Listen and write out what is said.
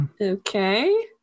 Okay